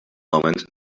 moment